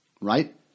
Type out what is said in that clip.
right